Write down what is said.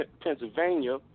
pennsylvania